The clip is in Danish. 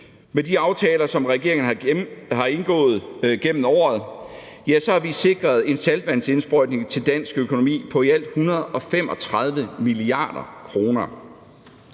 Med de aftaler, som regeringen har indgået gennem året, har vi sikret en saltvandsindsprøjtning til dansk økonomi på i alt 135 mia. kr.